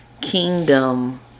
kingdom